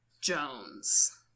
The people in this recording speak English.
Jones